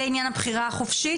זה עניין הבחירה החופשית?